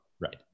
Right